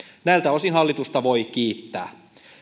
näiltä osin hallitusta voi kiittää